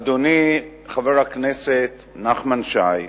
אדוני חבר הכנסת נחמן שי,